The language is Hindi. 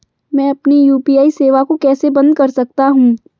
मैं अपनी यू.पी.आई सेवा को कैसे बंद कर सकता हूँ?